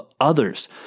others